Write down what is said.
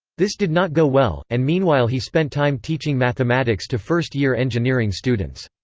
this did not go well, and meanwhile he spent time teaching mathematics to first year engineering students.